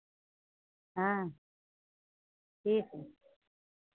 हाँ ठीक है